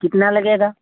कितना लगेगा